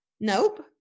Nope